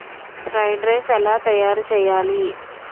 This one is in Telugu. ఫ్రైడ్ రైస్ ఎలా తయారు చేయాలి